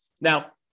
Now